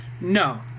No